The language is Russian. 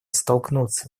столкнуться